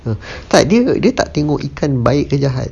tak dia tak tengok ikan baik ke jahat